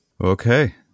okay